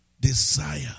desire